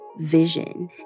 vision